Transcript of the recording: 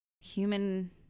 human